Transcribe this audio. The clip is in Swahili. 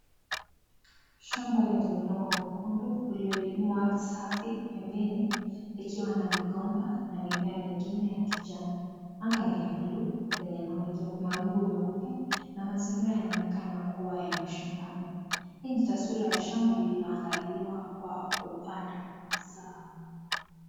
Shamba wenye udongo mwekundu uliolimwa safi pembeni likiwa na migomba na mimea mengine ya kijani anga ni la bluu lenye mawingu meupe na mazingira yanaonekana kuwa ya mashambani hii ni taswira ya shamba lililoandaliwa kwa kupanda mazao.